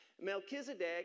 Melchizedek